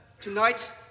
tonight